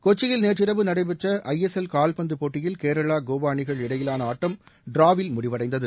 கொச்சியில் நேற்றிரவு நடைபெற்ற ஐ எஸ் எல் கால்பந்து போட்டியில் கேரளா கோவா அணிகள் இடையிலான ஆட்டம் டிராவில் முடிவடைந்தது